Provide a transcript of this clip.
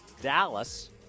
Dallas